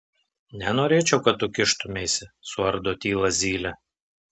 nenorėčiau kad tu kištumeisi suardo tylą zylė